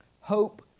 Hope